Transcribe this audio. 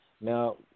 Now